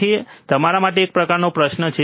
તેથી તે તમારા માટે એક પ્રકારનો પ્રશ્ન છે